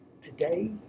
today